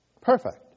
Perfect